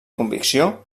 convicció